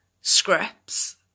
scripts